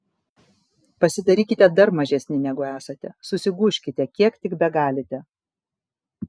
pasidarykite dar mažesni negu esate susigūžkite kiek tik begalite